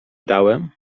dałem